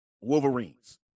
Wolverines